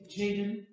Jaden